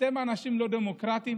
אתם אנשים לא דמוקרטיים